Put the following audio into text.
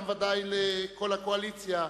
וגם בוודאי לכל הקואליציה,